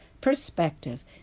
perspective